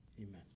Amen